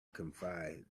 confide